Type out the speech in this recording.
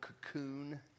cocoon